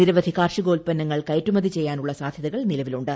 നിരവധി കാർഷികോൽപ്പന്നങ്ങൾ കയറ്റുമതി ചെയ്യാനുള്ള സാധ്യതകൾ നിലവിലുണ്ട്